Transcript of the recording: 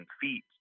feet